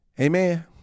Amen